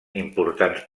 importants